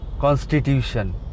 Constitution